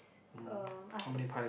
um I have